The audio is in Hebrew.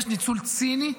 יש ניצול ציני.